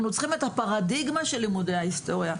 אנחנו צריכים את הפרדיגמה של לימודי ההיסטוריה,